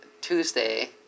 Tuesday